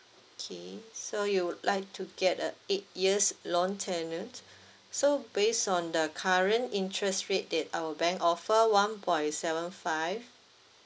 okay so you would like to get a eight years loan tenant so based on the current interest rate that our bank offer one point seven five